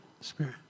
spirit